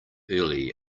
early